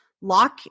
lock